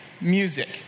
music